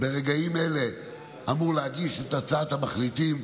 ברגעים אלה אמור להגיש את הצעת המחליטים.